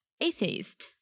atheist